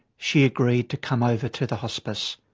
she agreed to come over to the hospice.